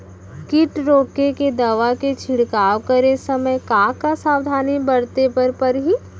किट रोके के दवा के छिड़काव करे समय, का का सावधानी बरते बर परही?